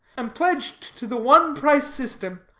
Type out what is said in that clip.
am pledged to the one-price system,